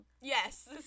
Yes